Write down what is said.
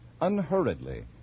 unhurriedly